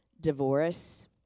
divorce